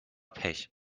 pech